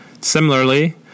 Similarly